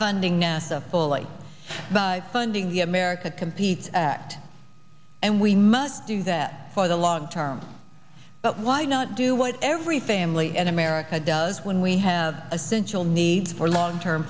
funding nasa fully by funding the america competes act and we must do that for the long term but why not do what every family in america does when we have essential needs for long term